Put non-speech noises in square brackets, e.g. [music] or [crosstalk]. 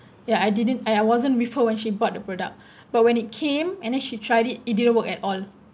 yeah I didn't I I wasn't with her when she bought the product [breath] but when it came and then she tried it it didn't work at all